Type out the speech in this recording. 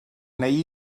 neu